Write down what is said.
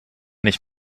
nicht